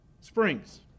springs